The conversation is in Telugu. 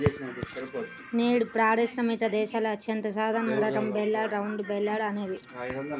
నేడు పారిశ్రామిక దేశాలలో అత్యంత సాధారణ రకం బేలర్ రౌండ్ బేలర్ అనేది